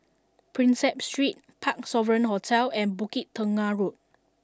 Prinsep Street Parc Sovereign Hotel and Bukit Tunggal Road